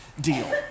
deal